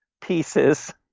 pieces